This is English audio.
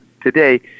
today